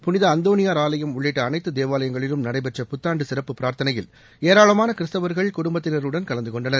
புனித அந்தோணியார் ஆலயம் உள்ளிட்ட அனைத்து தேவாலயங்களிலும் நடைபெற்ற புத்தாண்டு சிறப்பு பிரார்த்தனையில் ஏராளமான கிறிஸ்தவர்கள் குடும்பத்தினருலுடன் கலந்து கொண்டனர்